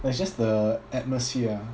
like it's just the atmosphere